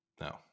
No